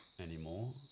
anymore